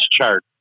chart